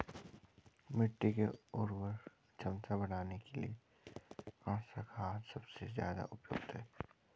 मिट्टी की उर्वरा क्षमता बढ़ाने के लिए कौन सी खाद सबसे ज़्यादा उपयुक्त है?